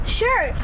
sure